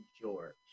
George